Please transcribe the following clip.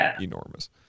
enormous